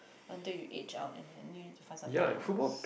until you age out and then you need to find something else